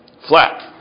flat